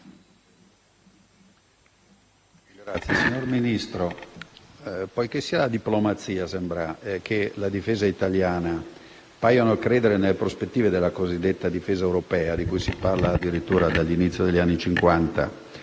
Signora Ministro, poiché sia la diplomazia che la Difesa italiana sembrano credere nelle prospettive della cosiddetta difesa europea, di cui si parla addirittura dall'inizio degli anni Cinquanta